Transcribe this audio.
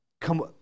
Come